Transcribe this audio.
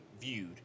viewed